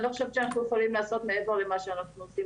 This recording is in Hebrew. אני לא חושבת שאנחנו יכולים לעשות מעבר למה שאנחנו עושים,